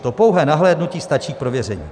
To pouhé nahlédnutí stačí k prověření.